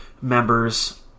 members